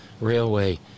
railway